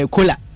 Cola